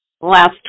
last